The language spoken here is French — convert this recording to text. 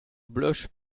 bloche